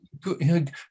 Good